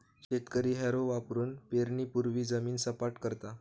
शेतकरी हॅरो वापरुन पेरणीपूर्वी जमीन सपाट करता